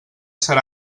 serà